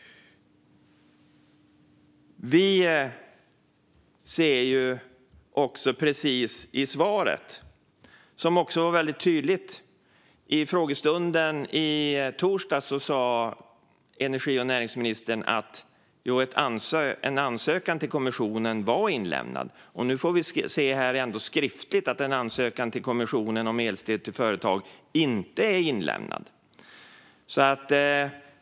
Vi hör också något annat i svaret som var väldigt tydligt. I frågestunden i torsdags sa energi och näringsministern att en ansökan till kommissionen var inlämnad. Nu får vi höra, och se skriftligt, i svaret att en ansökan till kommissionen om elstöd till företag inte är inlämnad.